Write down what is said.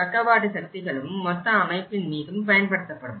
பக்கவாட்டு சக்திகளும் மொத்த அமைப்பின் மீதும் பயன்படுத்தப்படும்